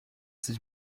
sich